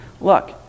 Look